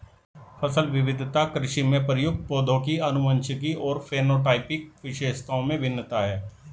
फसल विविधता कृषि में प्रयुक्त पौधों की आनुवंशिक और फेनोटाइपिक विशेषताओं में भिन्नता है